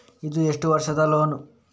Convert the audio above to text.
ಇದು ಎಷ್ಟು ವರ್ಷದ ಲೋನ್?